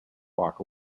walk